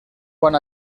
quan